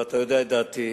ואתה יודע את דעתי,